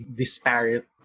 disparate